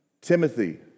Timothy